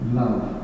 love